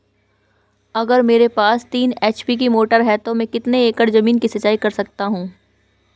अगर मेरे पास तीन एच.पी की मोटर है तो मैं कितने एकड़ ज़मीन की सिंचाई कर सकता हूँ?